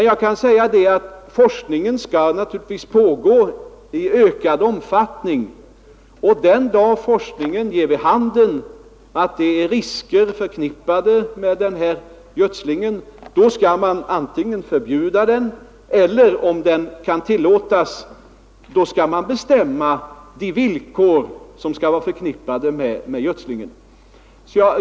Jag kan emellertid säga att forskningen naturligtvis skall pågå i ökad omfattning, och den dag forskningen ger vid handen att risker är förknippade med den här gödslingen, då skall man antingen förbjuda den eller, om den kan tillåtas, bestämma de villkor som skall gälla för gödslingen.